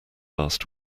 last